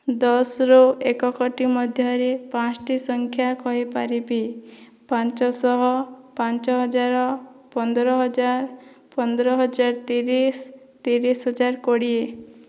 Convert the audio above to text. ଦଶରୁ ଏକକୋଟି ମଧ୍ୟରେ ପାଞ୍ଚଟି ସଂଖ୍ୟା କହିପାରିବି ପାଞ୍ଚଶହ ପାଞ୍ଚହଜାର ପନ୍ଦରହଜାର ପନ୍ଦରହଜାର ତିରିଶ ତିରିଶହଜାର କୋଡ଼ିଏ